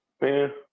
man